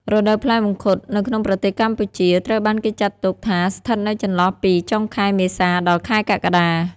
រដូវផ្លែមង្ឃុតនៅក្នុងប្រទេសកម្ពុជាត្រូវបានគេចាត់ទុកថាស្ថិតនៅចន្លោះពី ចុងខែមេសា ដល់ខែកក្កដា។